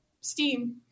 steam